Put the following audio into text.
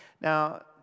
Now